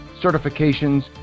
certifications